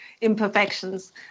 imperfections